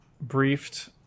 briefed